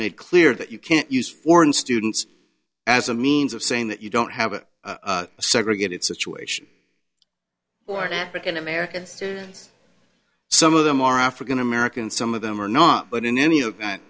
made clear that you can't use foreign students as a means of saying that you don't have a segregated situation or african american some of them are african american some of them are not but in any event